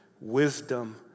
Wisdom